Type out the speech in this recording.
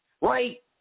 right